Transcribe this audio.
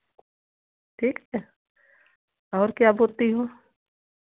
ठीक है और क्या बोती हो